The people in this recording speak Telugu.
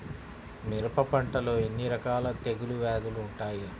మిరప పంటలో ఎన్ని రకాల తెగులు వ్యాధులు వుంటాయి?